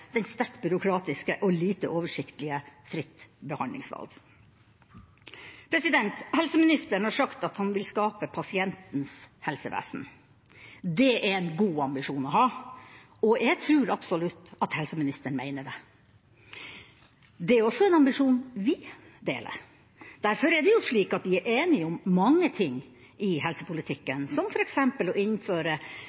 sterkt byråkratiske og lite oversiktlige fritt behandlingsvalg. Helseministeren har sagt at han vil skape pasientens helsevesen. Det er en god ambisjon å ha, og jeg tror absolutt at helseministeren mener det. Det er også en ambisjon vi deler. Derfor er det jo slik at vi er enige om mange ting i helsepolitikken, som f.eks. å innføre